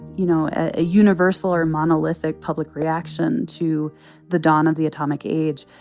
you know, a universal or monolithic public reaction to the dawn of the atomic age.